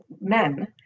men